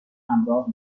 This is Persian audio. همراه